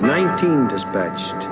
nineteen dispatch